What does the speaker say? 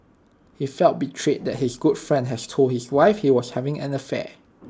he felt betrayed that his good friend has told his wife he was having an affair